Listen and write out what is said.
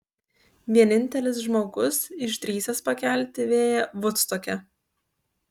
vienintelis žmogus išdrįsęs pakelti vėją vudstoke